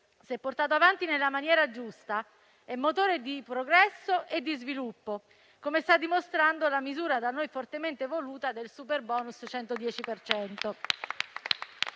se portato avanti nella maniera giusta, è motore di progresso e sviluppo, come sta dimostrando la misura da noi fortemente voluta del *super bonus* 110